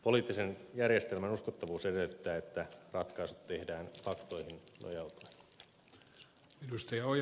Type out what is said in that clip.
poliittisen järjestelmän uskottavuus edellyttää että ratkaisut tehdään faktoihin nojautuen